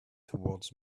towards